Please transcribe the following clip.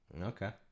Okay